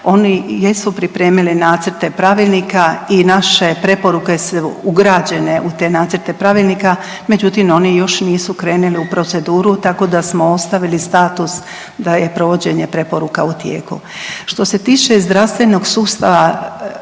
oni jesu pripremili nacrte pravilnika i naše preporuke su ugrađene u te nacrte pravilnika, međutim, oni još nisu krenili u proceduru, tako da smo ostavili status da je provođenje preporuka u tijeku. Što se tiče zdravstvenog sustava,